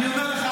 אני אומר לך,